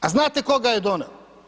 A znate ko ga je doneo?